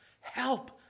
Help